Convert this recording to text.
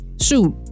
shoot